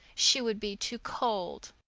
she would be too cold.